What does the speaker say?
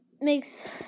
makes